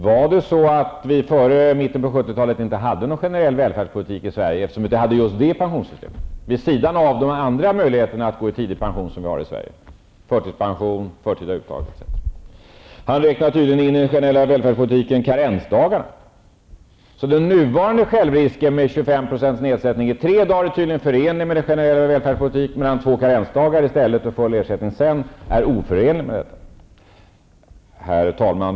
Hade vi före mitten av 70-talet inte någon generell välfärdspolitik i Sverige, eftersom vi då inte hade just det pensionssystemet, vid sidan av de andra möjligheterna att gå i tidig pension som finns i Andersson räknar i den generella välfärdspolitiken tydligen in karensdagarna. Den nuvarande självrisken med 25 % nedsättning av ersättningen under tre dagar är tydligen förenligt med generell välfärdspolitik, medan två karensdagar i stället och full ersättning därefter är oförenligt med en sådan. Herr talman!